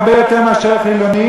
הרבה יותר מאשר חילונים.